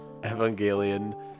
Evangelion